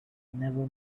never